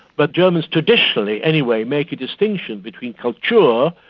but germans, traditionally anyway, make a distinction between kultur,